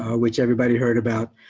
which everybody heard about.